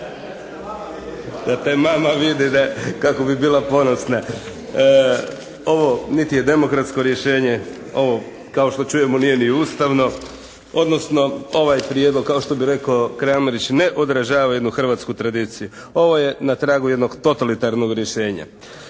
IDS-a. **Kajin, Damir (IDS)** Ovo nit' je demokratsko rješenje. Ovo kao što čujemo nije ni Ustavno. Odnosno ovaj prijedlog kao što bi rekao Kramarić ne odražava jednu hrvatsku tradiciju. Ovo je na traju jednog totalitarnog rješenja.